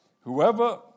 whoever